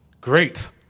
great